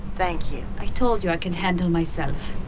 thank you i told you i could handle myself.